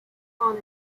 upon